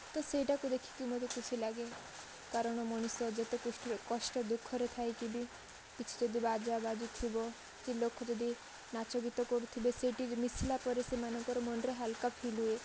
ତ ସେଇଟା କୁ ଦେଖିକି ମୋତେ ଖୁସି ଲାଗେ କାରଣ ମଣିଷ ଯେତେ କଷ୍ଟ ଦୁଖରେ ଥାଇକି ବି କିଛି ଯଦି ବାଜା ବାଜୁଥିବ କିଛି ଲୋକ ଯଦି ନାଚ ଗୀତ କରୁଥିବେ ସେଇଠି ମିସିଲା ପରେ ସେମାନଙ୍କ ମନରେ ହାଲକା୍ ଫିଲ୍ ହୁଏ